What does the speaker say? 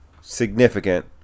significant